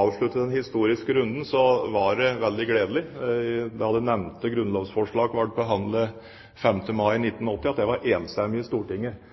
avslutte den historiske runden var det veldig gledelig at da det nevnte grunnlovsforslaget ble behandlet 5. mai 1980, var det enstemmighet i Stortinget.